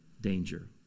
danger